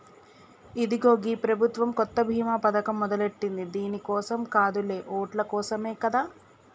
ఇదిగో గీ ప్రభుత్వం కొత్త బీమా పథకం మొదలెట్టింది దీని కోసం కాదులే ఓట్ల కోసమే కదా